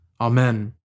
Amen